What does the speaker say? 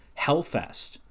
Hellfest